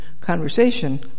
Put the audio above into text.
conversation